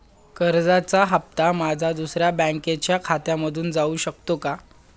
कर्जाचा हप्ता माझ्या दुसऱ्या बँकेच्या खात्यामधून जाऊ शकतो का?